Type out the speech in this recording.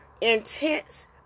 intense